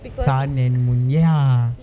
sun and moon ya